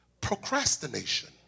Procrastination